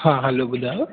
हा हैलो ॿुधायो